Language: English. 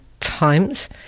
times